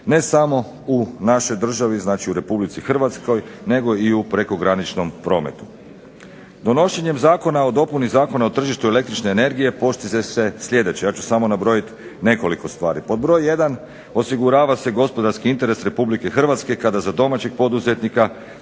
ne samo u našoj državi, znači u Republici Hrvatskoj nego i u prekograničnom prometu. Donošenjem Zakona o dopuni Zakona o tržištu električne energije postiže se sljedeće, ja ću samo nabrojiti nekoliko stvari. Pod broj 1. osigurava se gospodarski interes Republike Hrvatske kada za domaćeg poduzetnika